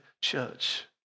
church